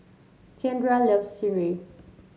Keandre loves sireh